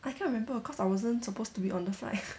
I cannot remember cause I wasn't supposed to be on the flight